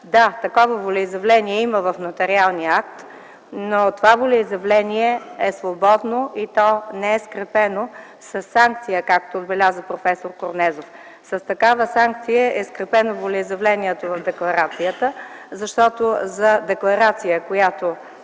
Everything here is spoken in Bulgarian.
да, такова волеизявление има в нотариалния акт, но това волеизявление е свободно и то не е скрепено със санкция, както отбеляза проф. Корнезов. С такава санкция е скрепено волеизявлението в декларацията, защото за декларация, която